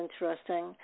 interesting